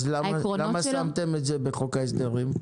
אם כן, למה שמתם את זה בחוק ההסדרים?